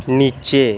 নিচে